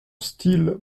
style